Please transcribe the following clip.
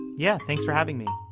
yeah thanks for having me.